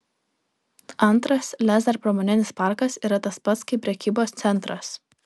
antras lez ar pramoninis parkas yra tas pats kaip prekybos centras